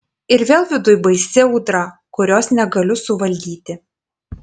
ir vėl viduj baisi audra kurios negaliu suvaldyti